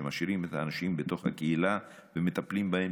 כשמשאירים את האנשים בתוך הקהילה ומטפלים בהם,